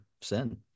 sin